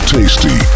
Tasty